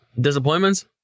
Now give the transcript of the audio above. Disappointments